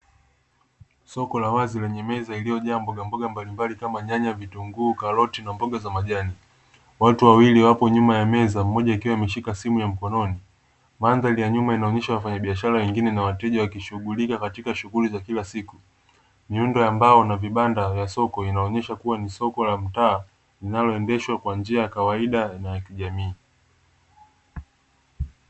Soko la wazi lenye meza iliyojaa mbogamboga mbalimbali kama nyanya, vitunguu, karoti na mboga za majani. Watu wawili wapo nyuma ya meza, mmoja akiwa ameshika simu ya mkononi. Mandhari ya nyuma inaonesha wafanyabiashara wengine na wateja wakishughulika katika shughuli za kila siku. Miundo ya mbao na vibanda vya soko inaonesha kuwa ni soko la mtaa linaloendeshwa kwa njia ya kawaida na ya kijamii.